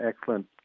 excellent